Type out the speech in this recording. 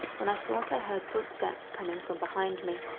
when i thought i heard footsteps coming from behind me,